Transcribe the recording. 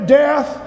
death